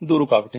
दो रुकावटें